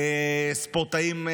ספורטאים,